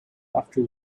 after